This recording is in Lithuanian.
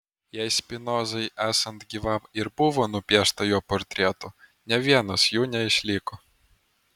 jei spinozai esant gyvam ir buvo nupiešta jo portretų nė vienas jų neišliko